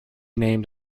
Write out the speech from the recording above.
named